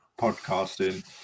podcasting